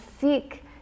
seek